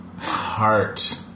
heart